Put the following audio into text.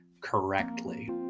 correctly